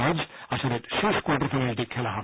আজ আসরের শেষ কোয়ার্টার ফাইনালটি খেলা হবে